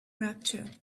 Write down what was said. rapture